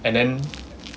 and then